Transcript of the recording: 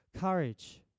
courage